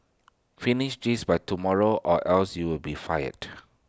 finish this by tomorrow or else you'll be fired